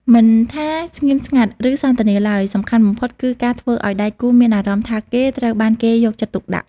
មិនថាស្ងៀមស្ងាត់ ឬសន្ទនាឡើយ សំខាន់បំផុតគឺការធ្វើឱ្យដៃគូមានអារម្មណ៍ថាគេត្រូវបានគេយកចិត្តទុកដាក់។